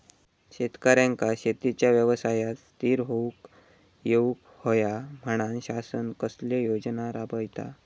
शेतकऱ्यांका शेतीच्या व्यवसायात स्थिर होवुक येऊक होया म्हणान शासन कसले योजना राबयता?